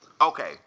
Okay